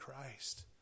Christ